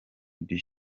dieu